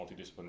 multidisciplinary